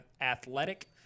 Athletic